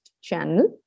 channel